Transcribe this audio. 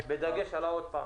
בדגש על "עוד פעם".